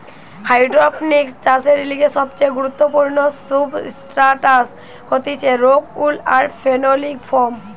hydroponics চাষের লিগে সবচেয়ে গুরুত্বপূর্ণ সুবস্ট্রাটাস হতিছে রোক উল আর ফেনোলিক ফোম